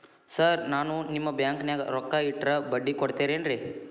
Sir ನಾನು ನಿಮ್ಮ ಬ್ಯಾಂಕನಾಗ ರೊಕ್ಕ ಇಟ್ಟರ ಬಡ್ಡಿ ಕೊಡತೇರೇನ್ರಿ?